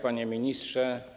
Panie Ministrze!